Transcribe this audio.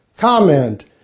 Comment